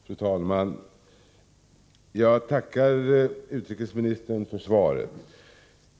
Fru talman! Jag tackar utrikesministern för svaret.